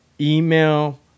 email